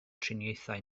triniaethau